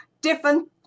different